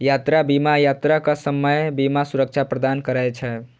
यात्रा बीमा यात्राक समय बीमा सुरक्षा प्रदान करै छै